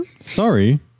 Sorry